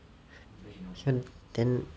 then